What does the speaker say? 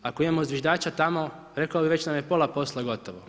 Ako imamo zviždača tamo, rekao bi već nam je pola posla gotovo.